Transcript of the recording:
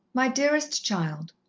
my dearest child,